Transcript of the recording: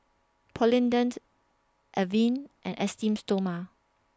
Polident Avene and Esteem Stoma